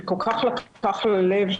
שכל כך לקח ללב,